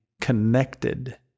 connected